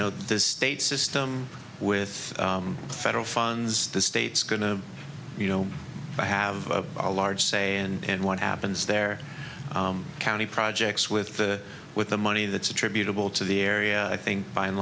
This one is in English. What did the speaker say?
know the state system with federal funds the state's going to you know i have a large say and what happens there county projects with the with the money that's attributable to the area i think by and